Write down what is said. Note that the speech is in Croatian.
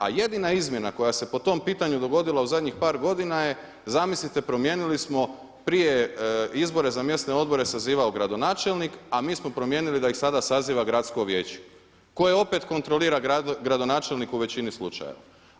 A jedina izmjena koja se po tom pitanju dogodila u zadnjih par godina je, zamislite promijenili smo prije izbore za mjesne odbore sazivao je gradonačelnik a mi smo promijenili da ih sada saziva gradsko vijeće koje opet kontrolira gradonačelnik u većini slučajeva.